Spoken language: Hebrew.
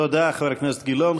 תודה, חבר הכנסת גילאון.